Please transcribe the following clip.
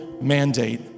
mandate